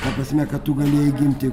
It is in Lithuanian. ta prasme kad tu galėjai gimti